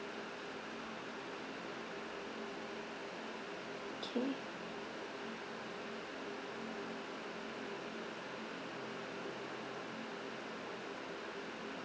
okay